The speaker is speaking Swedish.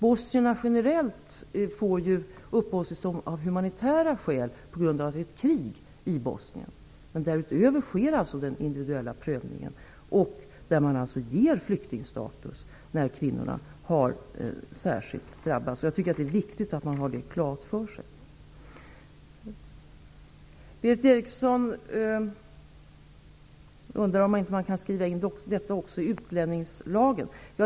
Bosnierna generellt får uppehållstillstånd av humanitära skäl på grund av kriget i Bosnien. Därutöver sker en individuell prövning, där man alltså ger flyktingstatus till kvinnor som särskilt drabbats. Jag tycker att det är viktigt att ha detta klart för sig. Berith Eriksson undrar om man inte kan skriva in detta i utlänningslagen.